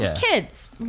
Kids